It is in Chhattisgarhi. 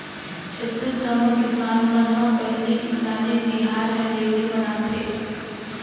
छत्तीसगढ़ म किसान मन ह पहिली किसानी तिहार हरेली मनाथे